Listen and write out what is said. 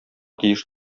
тиеш